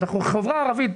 והחברה ערבית,